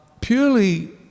purely